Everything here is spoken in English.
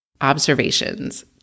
observations